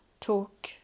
talk